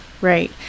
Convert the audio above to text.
right